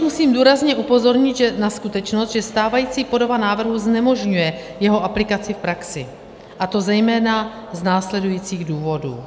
Rovněž musím důrazně upozornit na skutečnost, že stávající podoba návrhu znemožňuje jeho aplikaci v praxi, a to zejména z následujících důvodů.